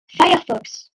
firefox